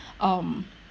um